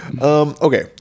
Okay